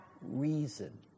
reason